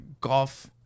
golf